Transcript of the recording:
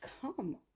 come